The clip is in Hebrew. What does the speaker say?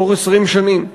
בתוך 20 שנים.